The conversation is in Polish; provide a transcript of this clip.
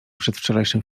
przedwczorajszym